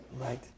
right